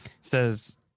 says